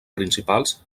principals